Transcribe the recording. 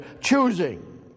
choosing